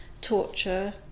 torture